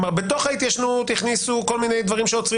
כלומר בתוך ההתיישנות הכניסו כל מיני דברים שעוצרים